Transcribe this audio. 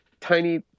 tiny